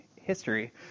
history